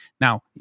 Now